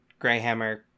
Greyhammer